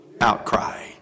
outcry